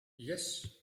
yes